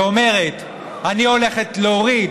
ואומרת: אני הולכת להוריד,